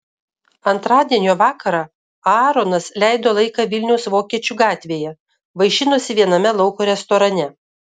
antradienio vakarą aaronas leido laiką vilniaus vokiečių gatvėje vaišinosi viename lauko restorane